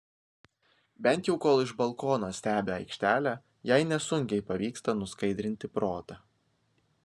bent jau kol iš balkono stebi aikštelę jai nesunkiai pavyksta nuskaidrinti protą